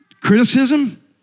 Criticism